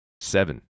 Seven